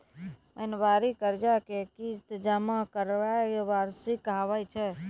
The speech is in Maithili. महिनबारी कर्जा के किस्त जमा करनाय वार्षिकी कहाबै छै